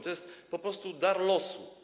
To jest po prostu dar losu.